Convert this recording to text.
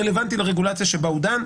רלוונטיים לרגולציה שעליה הוא דן.